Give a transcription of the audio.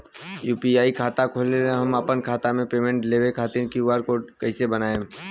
UPI खाता होखला मे हम आपन खाता मे पेमेंट लेवे खातिर क्यू.आर कोड कइसे बनाएम?